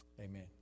Amen